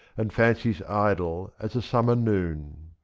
and fancies idle as a summer noon.